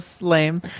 lame